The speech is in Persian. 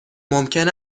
ممکن